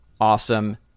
awesome